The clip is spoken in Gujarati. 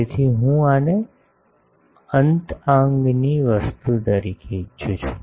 તેથી હું આને અંત આગની વસ્તુ તરીકે ઇચ્છું છું